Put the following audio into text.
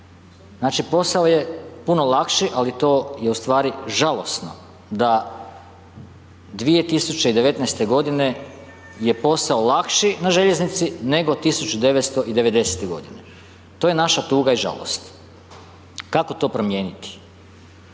znači, posao je puno lakši, ali to je ustvari žalosno da 2019.-te godine je posao lakši na željeznici, nego 1990.-te godine, to je naša tuga i žalost. Kako to promijeniti?